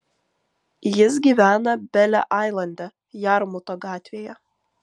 jis gyvena bele ailande jarmuto gatvėje